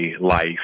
life